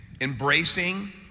Embracing